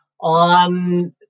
On